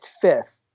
fifth